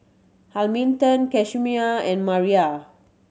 Hamilton Camisha and Marla